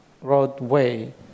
roadway